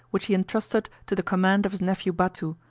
which he intrusted to the command of his nephew batou,